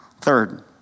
Third